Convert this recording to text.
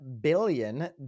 billion